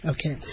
Okay